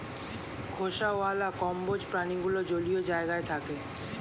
খোসাওয়ালা কম্বোজ প্রাণীগুলো জলীয় জায়গায় থাকে